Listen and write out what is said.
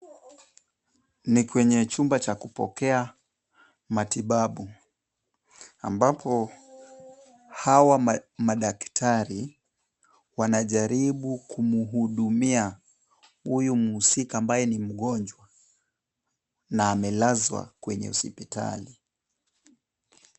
Ni kwenye chumba cha kupokea matibabu ambapo hawa madaktari wanajaribu kumhudumia huyu mhusika ambaye ni mgonjwa , na amelazwa kwenye hospitali.